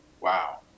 wow